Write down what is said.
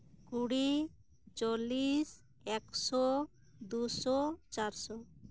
ᱠᱩᱲᱤ ᱪᱚᱞᱞᱤᱥ ᱮᱠᱥᱚ ᱫᱩᱥᱚ ᱪᱟᱨᱥᱚ